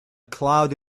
cloud